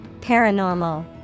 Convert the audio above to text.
Paranormal